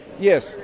Yes